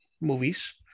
movies